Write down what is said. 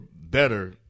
better